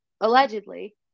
allegedly